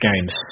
games